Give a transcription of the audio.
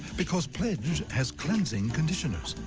because pledge has cleansing conditioners.